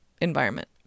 environment